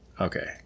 Okay